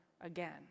again